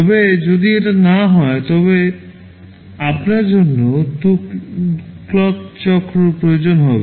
তবে যদি এটি না হয় তবে আপনার জন্য 2 CLOCK চক্র প্রয়োজন হবে